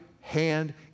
hand